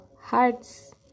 hearts